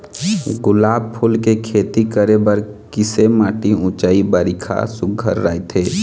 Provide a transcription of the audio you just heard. गुलाब फूल के खेती करे बर किसे माटी ऊंचाई बारिखा सुघ्घर राइथे?